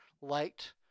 light